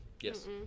Yes